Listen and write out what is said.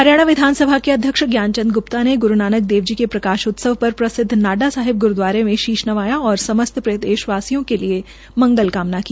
हरियाणा विधानसभा के अध्यक्ष ज्ञान चंद ग्प्ता ने ग्रू नानक देव जी के प्रकाश उत्सव पर प्रसिद्व नाडा साहिब ग्रूद्वारा में शीश नवाया और समस्त प्रदेशवासियों के लिए मंगल कामना की